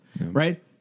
right